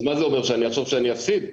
אז מה זה אומר, שאני אחשוב שאני אפסיד?